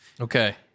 Okay